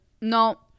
no